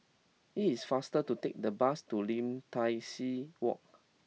It is faster to take the bus to Lim Tai See Walk